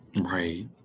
Right